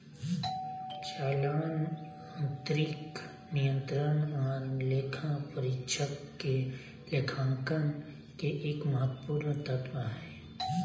चालान आंतरिक नियंत्रण आर लेखा परीक्षक के लेखांकन के एक महत्वपूर्ण तत्व हय